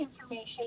information